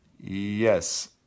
yes